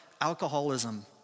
alcoholism